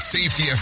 Safety